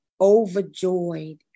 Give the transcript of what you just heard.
overjoyed